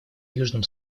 южным